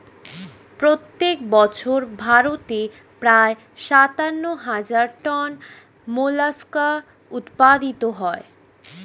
প্রত্যেক বছর ভারতে প্রায় সাতান্ন হাজার টন মোলাস্কা উৎপাদিত হয়